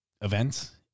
events